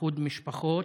איחוד משפחות,